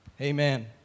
Amen